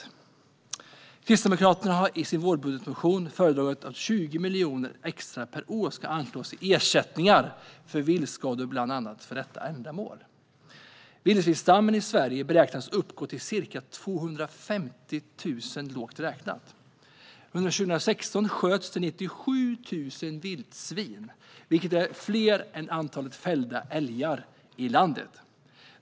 Vi kristdemokrater har i vår budgetmotion föreslagit att 20 miljoner extra per år ska anslås till ersättningar för viltskador, bland annat för detta ändamål. Vildsvinsstammen i Sverige beräknas uppgå till, lågt räknat, ca 250 000. Under 2016 sköts 97 000 vildsvin, vilket är fler än antalet fällda älgar i landet.